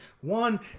one